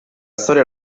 storia